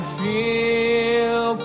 feel